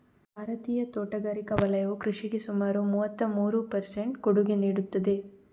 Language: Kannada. ಭಾರತೀಯ ತೋಟಗಾರಿಕಾ ವಲಯವು ಕೃಷಿಗೆ ಸುಮಾರು ಮೂವತ್ತಮೂರು ಪರ್ ಸೆಂಟ್ ಕೊಡುಗೆ ನೀಡುತ್ತದೆ